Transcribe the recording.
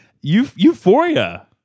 Euphoria